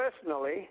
personally